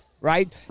right